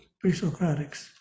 pre-Socratics